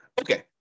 Okay